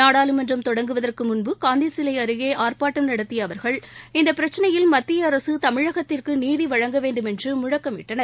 நாடாளுமன்றம் தொடங்குவதற்கு முன் காந்தி சிலை அருகே ஆர்ப்பாட்டம் நடத்திய அவர்கள் இந்த பிரச்சினையில் மத்திய அரசு தமிழகத்திற்கு நீதி வழங்க வேண்டுமென்று முழக்கமிட்டனர்